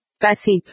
Passive